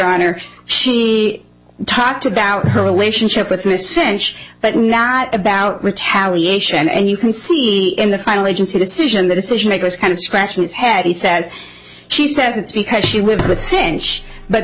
honor she talked about her relationship with miss finch but not about retaliation and you can see in the final agency decision the decision maker is kind of scratching his head he says she says it's because she lived with since but